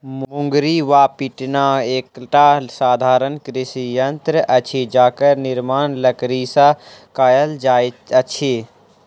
मुंगरी वा पिटना एकटा साधारण कृषि यंत्र अछि जकर निर्माण लकड़ीसँ कयल जाइत अछि